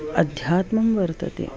आध्यात्मं वर्तते